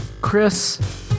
Chris